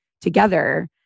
together